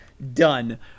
done